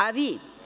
A vi?